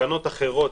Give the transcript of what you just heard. תקנות אחרות,